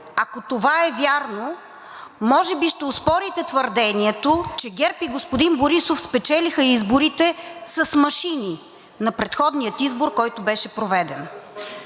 ако това е вярно, може би ще оспорите твърдението, че ГЕРБ и господин Борисов спечелиха изборите с машини на предходния избор, който беше проведен.